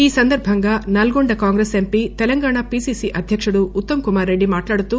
ఈ సందర్బంగా Nalgonda Congress MP Telangana PCC అధ్యకుడు ఉత్తమ్ కుమార్ రెడ్డి మాట్లాడుతూ